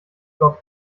flop